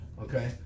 okay